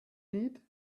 need